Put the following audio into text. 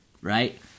Right